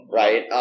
right